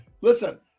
listen